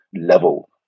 level